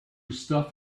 stuff